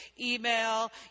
email